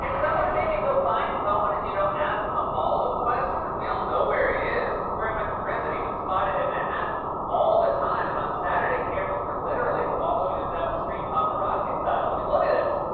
can someone maybe go find cohen and, you know, ask him a follow-up question? and we all know where he is. before he went to prison, he was spotted in manhattan all the time. and on saturday, cameras were literally following him down the street paparazzi-style. i mean, look at this.